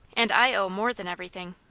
and i owe more than everything.